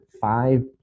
five